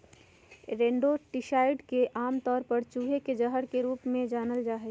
rodenticides के आमतौर पर चूहे के जहर के रूप में जानल जा हई